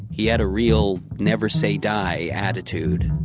he had a real never say die attitude